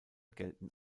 gelten